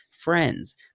friends